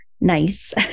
nice